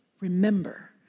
remember